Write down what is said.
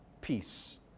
peace